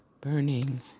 burning